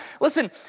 Listen